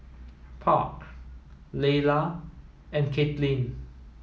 Park Layla and Caitlynn